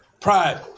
Pride